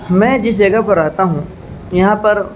میں جس جگہ پر رہتا ہوں یہاں پر